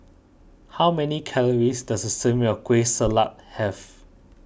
how many calories does a serving of Kueh Salat have